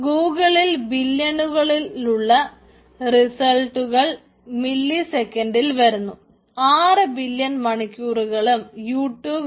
ഗൂഗിളിൽ ബില്യണുകളിലുള്ള റിസൾട്ടുകൾ ആണ്